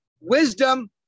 wisdom